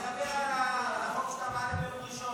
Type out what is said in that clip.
שלמה, תדבר על החוק שאתה מעלה ביום ראשון: